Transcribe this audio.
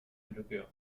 bloqueo